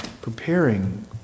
preparing